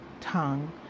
tongue